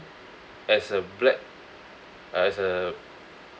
as a black uh as a